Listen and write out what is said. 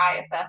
ISS